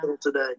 today